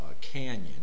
canyon